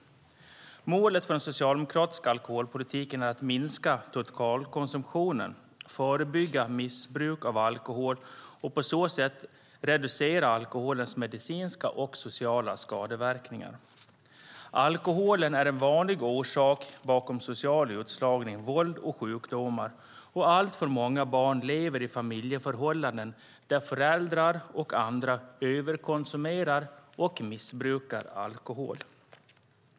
Målet för den socialdemokratiska alkoholpolitiken är att minska totalkonsumtionen, förebygga missbruk av alkohol och på så sätt reducera alkoholens medicinska och sociala skadeverkningar. Alkohol är en vanlig orsak bakom social utslagning, våld och sjukdomar. Och alltför många barn lever i familjeförhållanden där föräldrar och andra överkonsumerar och missbrukar alkohol.